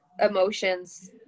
emotions